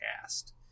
cast